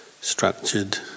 structured